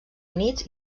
units